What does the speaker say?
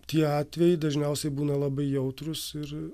tie atvejai dažniausiai būna labai jautrūs ir